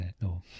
No